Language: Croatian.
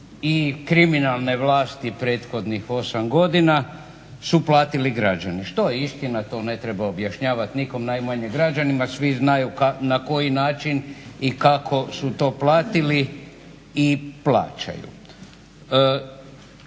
i kriminalne vlasti prethodnih 8 godina su platili građani što je istina, to ne treba objašnjavat nikom, najmanje građanima. Svi znaju na koji način i kako su to platili i plaćaju.